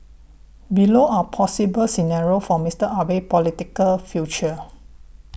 below are possible scenarios for Mister Abe's political future